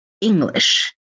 English